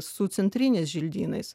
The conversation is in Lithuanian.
su centriniais želdynais